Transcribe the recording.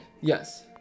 Yes